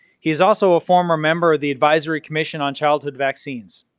he is also a former member of the advisory commission on childhood vaccines.